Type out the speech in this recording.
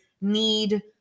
need